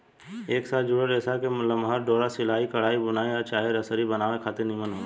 एक साथ जुड़ल रेसा के लमहर डोरा सिलाई, कढ़ाई, बुनाई आ चाहे रसरी बनावे खातिर निमन होला